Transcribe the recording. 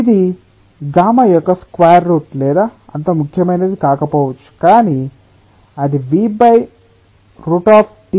ఇది గామా యొక్క square root లేదా అంత ముఖ్యమైనది కాకపోవచ్చు కానీ అది VTతో స్కేలింగ్ అవుతుంది